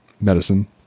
medicine